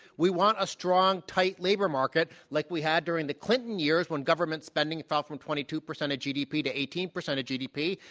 we want a strong, tight labor market like we had during the clinton years when government spending fell from twenty two percent of gdp to eighteen percent of gdp.